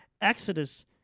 Exodus